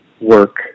work